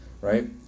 right